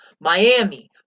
Miami